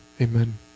amen